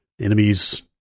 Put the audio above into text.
enemies